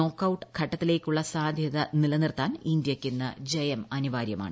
knockout ഘട്ടത്തിലേക്കുള്ള സാധ്യരു നില്നിർത്താൻ ഇന്ത്യയ്ക്ക് ഇന്ന് ജയം അനിവാര്യമാണ്